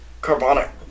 carbonic